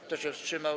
Kto się wstrzymał?